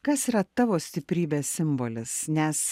kas yra tavo stiprybės simbolis nes